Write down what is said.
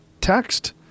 text